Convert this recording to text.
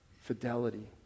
fidelity